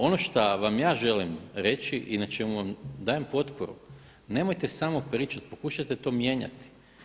Ono šta vam ja želim reći i na čemu vam dajem potporu, nemojte samo pričati, pokušajte to mijenjati.